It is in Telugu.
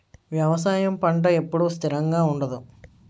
వ్యవసాయం పంట ఎప్పుడు స్థిరంగా ఉండదు